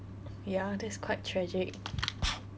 ya that's quite tragic